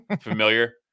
familiar